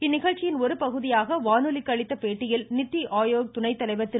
இந்நிகழ்ச்சியின் ஒருபகுதியாக வானொலிக்கு அளித்த பேட்டியில் நித்தி ஆயோக் துணைத்தலைவர் திரு